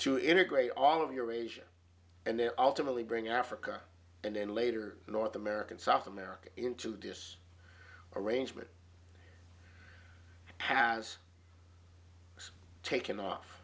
to integrate all of eurasia and their ultimate we bring africa and then later north american south america into this arrangement has taken off